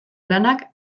lanak